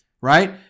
right